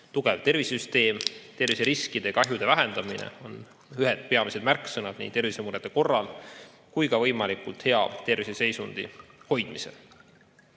tugev tervisesüsteem, terviseriskide ja -kahjude vähendamine on ühed peamised märksõnad nii tervisemurede korral kui ka võimalikult hea terviseseisundi hoidmisel.